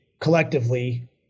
collectively